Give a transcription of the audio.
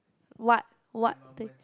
what what thing